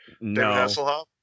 No